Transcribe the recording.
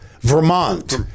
vermont